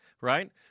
right